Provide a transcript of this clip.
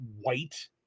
white